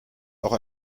auch